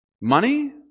Money